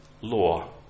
law